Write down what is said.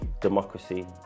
democracy